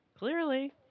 Clearly